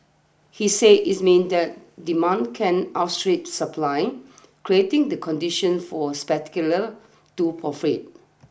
he said this means that demand can outstrip supply creating the condition for speculators to profit